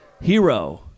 hero